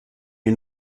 die